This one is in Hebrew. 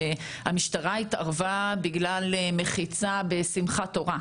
שהמשטרה התערבה בגלל מחיצה בשמחת תורה.